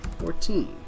Fourteen